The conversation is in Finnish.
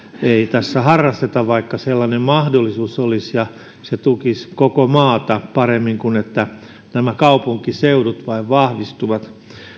ei tässä harrasteta vaikka sellainen mahdollisuus olisi ja se tukisi koko maata paremmin kuin se että kaupunkiseudut vain vahvistuvat